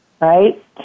right